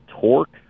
Torque